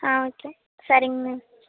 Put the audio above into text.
ஆ okay சரிங்க ma'am